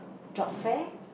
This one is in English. job fair